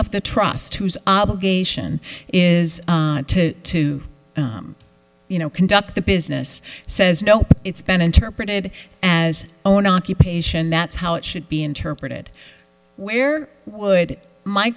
of the trust whose obligation is to to you know conduct the business says no it's been interpreted as own occupation that's how it should be interpreted where would my